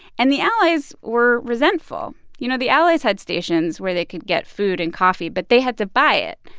and the allies were resentful. you know, the allies had stations where they could get food and coffee, but they had to buy it.